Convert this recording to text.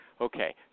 Okay